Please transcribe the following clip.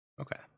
Okay